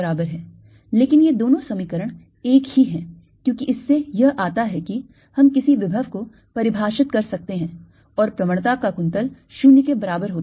लेकिन ये दोनों समीकरण एक ही हैं क्योंकि इससे यह आता है कि हम किसी विभव को परिभाषित कर सकते हैं और प्रवणता का कुंतल 0 के बराबर होता है